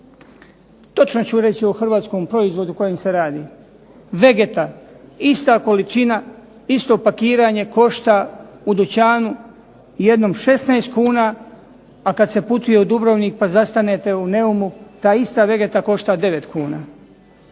točno ću reći o hrvatskom proizvodu kojem se radi. Vegeta, ista količina, isto pakiranje košta u dućanu jednom 16 kuna, a kad se putuje u Dubrovnik pa zastanete u Neumu ta ista Vegeta košta 9 kuna.